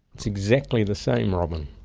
it's exactly the same, robyn.